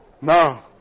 No